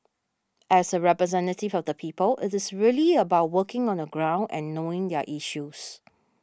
as a representative of the people it is really about working on the ground and knowing their issues